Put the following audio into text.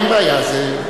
אין בעיה, זה,